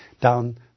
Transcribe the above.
down